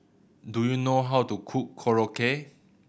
do you know how to cook Korokke